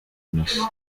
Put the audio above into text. innocent